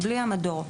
בלי המדור.